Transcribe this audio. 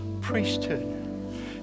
priesthood